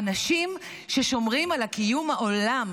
האנשים ששומרים על קיום העולם,